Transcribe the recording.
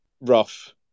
rough